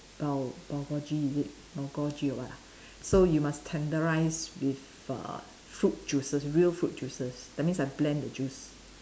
err bulgogi is it bulgogi or what ah so you must tenderise with uh fruit juices real fruit juices that means I blend the juice